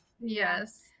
yes